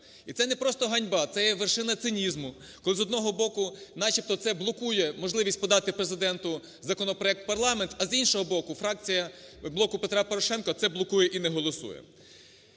І це не просто ганьба, це є вершина цинізму, коли з одного боку начебто це блокує можливість подати Президенту законопроект в парламент, а з іншого боку фракція "Блоку Петра Порошенка" це блокує і не голосує.